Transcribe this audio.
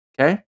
Okay